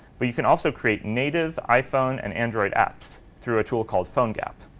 but you can also create native iphone and android apps through a tool called phonegap.